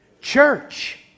Church